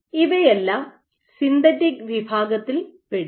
ഇവയെല്ലാം സിന്തറ്റിക് വിഭാഗത്തിൽ പെടും